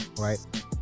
right